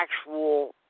actual